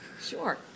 Sure